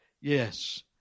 Yes